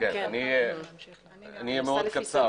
אני אהיה מאוד קצר.